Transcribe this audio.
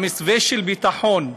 המסווה של ביטחון,